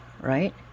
right